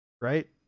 right